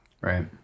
Right